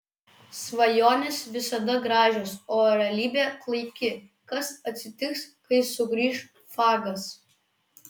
svajonės visada gražios o realybė klaiki kas atsitiks kai sugrįš fagas